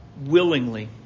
willingly